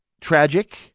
tragic